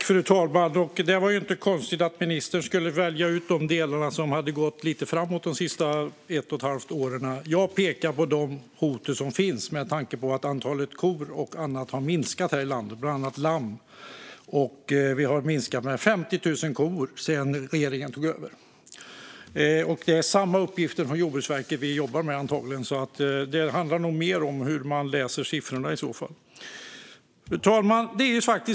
Fru talman! Det var inte konstigt att ministern valde ut de delar som gått lite framåt de senaste ett och ett halvt åren. Jag pekar på de hot som finns med tanke på att antalet kor och annat, bland annat lamm, har minskat här i landet. Antalet kor har minskat med 50 000 sedan regeringen tog över. Det är antagligen samma uppgifter från Jordbruksverket som vi jobbar med, så det handlar nog mer om hur man läser siffrorna i så fall. Fru talman!